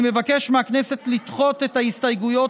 אני מבקש מהכנסת לדחות את ההסתייגויות